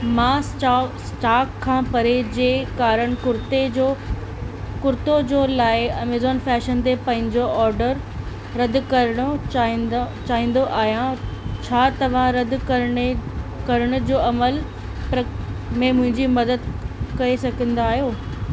मां stock stock खां परे जे कारण कुर्ते जो कुर्तो जे लाइ एमेजॉन फैशन ते पंहिंजो ऑडर रदि करणु चाहींदो चाहींदो आहियां छा तव्हां रदि करण करण जो अमल में मुंहिंजी मदद करे सघंदा आहियो